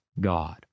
God